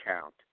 count